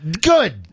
Good